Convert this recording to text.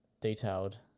detailed